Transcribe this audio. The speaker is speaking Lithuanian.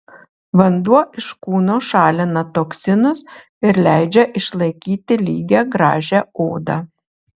vanduo iš kūno šalina toksinus ir leidžia išlaikyti lygią gražią odą